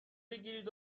بگیرید